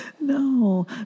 No